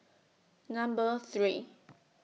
Number three